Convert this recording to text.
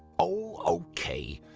oh, ok!